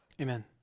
Amen